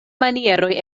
manieroj